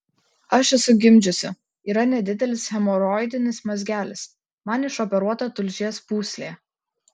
aš esu gimdžiusi yra nedidelis hemoroidinis mazgelis man išoperuota tulžies pūslė